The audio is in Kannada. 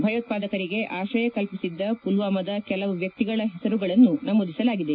ಭಯೋತ್ಪಾದಕರಿಗೆ ಆಶ್ರಯ ಕಲ್ಪಿಸಿದ್ದ ಪುಲ್ವಾಮಾದ ಕೆಲವು ವ್ಯಕ್ತಿಗಳ ಹೆಸರುಗಳನ್ನೂ ನಮೂದಿಸಲಾಗಿದೆ